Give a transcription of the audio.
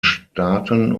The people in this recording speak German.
staaten